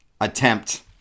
attempt